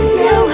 no